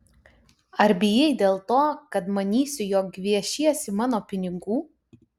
ar bijai dėl to kad manysiu jog gviešiesi mano pinigų